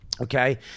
Okay